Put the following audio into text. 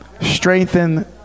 strengthen